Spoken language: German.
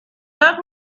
nach